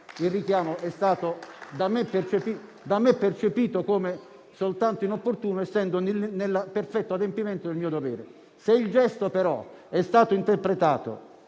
Il richiamo è stato da me percepito come inopportuno, essendo nel perfetto adempimento del mio dovere. Tuttavia, se il gesto è stato interpretato